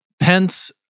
Pence